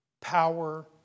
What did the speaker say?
power